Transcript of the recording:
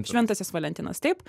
šventasis valentinas taip